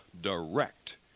direct